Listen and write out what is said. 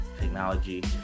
technology